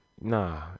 Nah